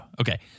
Okay